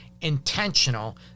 intentional